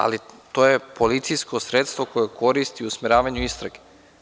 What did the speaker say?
Ali, to je policijsko sredstvo koje koristi u usmeravanju istrage.